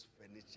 furniture